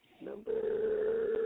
Number